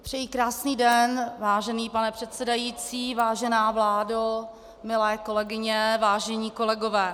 Přeji krásný den, vážený pane předsedající, vážená vládo, milé kolegyně, vážení kolegové.